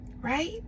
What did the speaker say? right